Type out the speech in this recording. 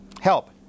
help